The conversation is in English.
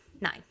Nine